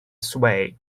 sway